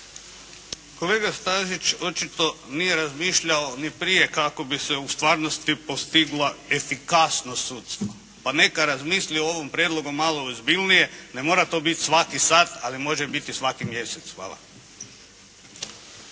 Kolega Stazić očito nije razmišljao ni prije kako bi se u stvarnosti postigla efikasnost sudstva, pa neka razmisli o ovom prijedlogu malo ozbiljnije, ne mora to biti svaki sat, ali može biti svaki mjesec. Hvala.